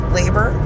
labor